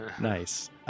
Nice